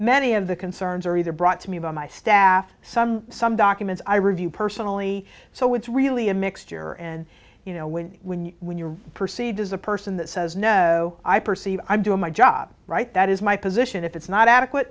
many of the concerns are either brought to me by my staff some some documents i review personally so it's really a mixture and you know when when when you're perceived as a person that says no i perceive i'm doing my job right that is my position if it's not adequate